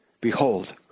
Behold